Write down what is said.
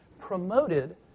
promoted